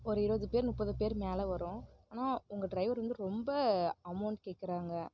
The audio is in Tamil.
ஒரு இருபது பேர் முப்பது பேர் மேலே வரும் ஆனால் உங்கள் ட்ரைவர் வந்து ரொம்ப அமௌண்ட் கேட்குறாங்க